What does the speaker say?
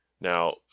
Now